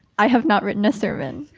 i have not written a sermon.